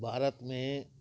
भारत में